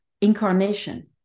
incarnation